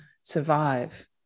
survive